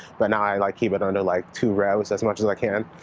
but now i like keep it under, like, two revs, as much as i can.